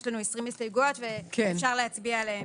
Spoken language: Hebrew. יש לנו 20 הסתייגויות ואפשר להצביע עליהן.